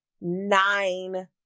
nine